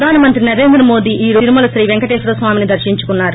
ప్రధానమంత్రి నరేంద్ర మోదీ ఈ రోజు తిరుమల శ్రీ పేంకటేశ్వర స్వామిని దర్పించుకోనున్నారు